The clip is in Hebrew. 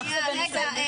שנייה רגע.